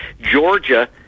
Georgia